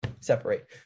separate